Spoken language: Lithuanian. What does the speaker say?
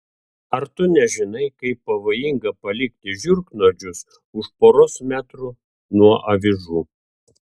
ar tu nežinai kaip pavojinga palikti žiurknuodžius už poros metrų nuo avižų